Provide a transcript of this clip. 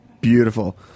Beautiful